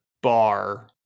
bar